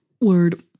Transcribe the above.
Word